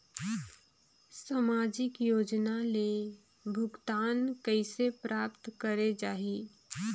समाजिक योजना ले भुगतान कइसे प्राप्त करे जाहि?